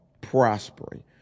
prospering